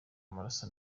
maraso